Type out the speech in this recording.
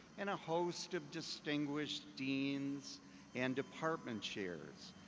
and a host of distinguished deans and department chairs.